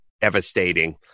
devastating